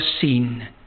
seen